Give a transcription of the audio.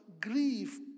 grief